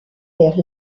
vers